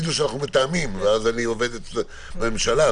עצמאות שיקול הדעת שלהם,